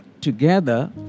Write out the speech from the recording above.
together